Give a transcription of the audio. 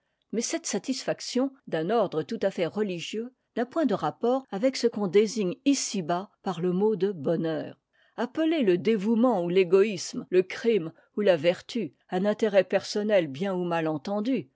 mais cette satisfaction d'un ordre tout à fait religieux n'a point de rapport avec ce qu'on désigne ici-bas par le mot de bonheur appeler le dévouement ou t'égoisme le crime ou la vertu un intérêt personnel bien ou mal entendu